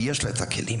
ויש לה את הכלים,